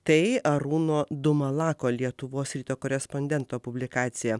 tai arūno dumalako lietuvos ryto korespondento publikacija